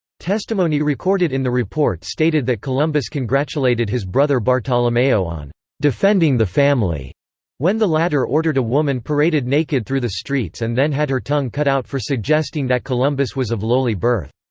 testimony recorded in the report stated that columbus congratulated his brother bartolomeo on defending the family when the latter ordered a woman paraded naked through the streets and then had her tongue cut out for suggesting that columbus was of lowly birth.